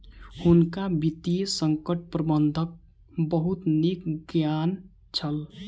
हुनका वित्तीय संकट प्रबंधनक बहुत नीक ज्ञान छल